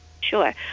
Sure